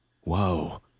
Whoa